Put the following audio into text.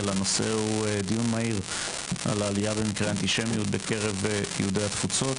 הנושא הוא דיון מהיר על העלייה במקרי האנטישמיות בקרב יהודי התפוצות.